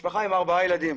משפחה עם ארבעה ילדים.